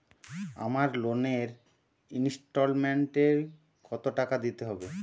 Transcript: আমার লোনের ইনস্টলমেন্টৈ কত টাকা দিতে হবে?